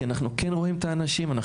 כי אנחנו כן רואים את האנשים.